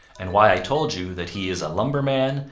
and why i told you that he is a lumberman,